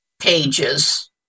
pages